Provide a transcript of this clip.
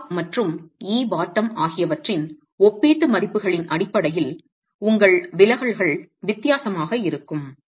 etop மற்றும் ebottom ஆகியவற்றின் ஒப்பீட்டு மதிப்புகளின் அடிப்படையில் உங்கள் விலகல்கள் வித்தியாசமாக இருக்கும்